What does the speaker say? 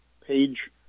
page